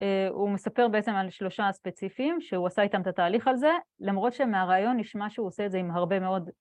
הוא מספר בעצם על שלושה ספציפים שהוא עשה איתם את התהליך הזה למרות שמהראיון נשמע שהוא עושה את זה עם הרבה מאוד